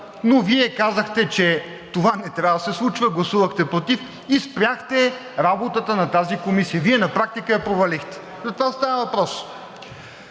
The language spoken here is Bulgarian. Но Вие казахте, че това не трябва да се случва, гласувахте против и спряхте работата на тази комисия. Вие на практика я провалихте! За това става въпрос.